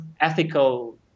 ethical